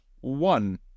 one